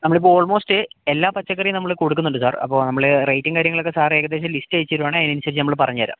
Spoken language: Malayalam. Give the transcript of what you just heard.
നമ്മളിപ്പോൾ ഓള്മോസ്റ്റ് എല്ലാ പച്ചക്കറിയും നമ്മൾ കൊടുക്കുന്നുണ്ട് സാര് അപ്പോൾ നമ്മൾ റേറ്റും കാര്യങ്ങളൊക്കെ സാർ ഏകദേശം ലിസ്റ്റ് അയച്ചു തരുവാണെങ്കിൽ അതിനനുസരിച്ച് നമ്മൾ പറഞ്ഞുതരാം